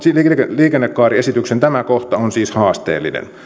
liikennekaariesityksen tämä kohta on siis haasteellinen